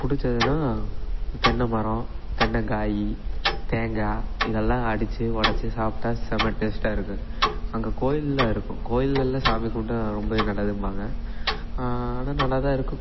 பிடிச்சதுன்னா தென்னைமரம் தென்னங்காய் தேங்காய் இதெல்லாம் அடித்து ஒடைச்சி சாப்பிட்டா செம டேஸ்ட்டாக இருக்கும் அங்கே கோயில்லாம் இருக்கும் கோயில்லலாம் சாமி கும்பிட்டா ரொம்ப நல்லதும்பாங்க அதுவும் நல்லா தான் இருக்கும்